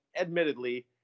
admittedly